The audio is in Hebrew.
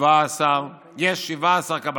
17 קב"סים.